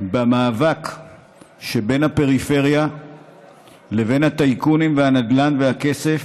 במאבק שבין הפריפריה לבין הטייקונים והנדל"ן והכסף,